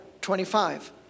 25